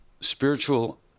spiritual